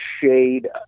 shade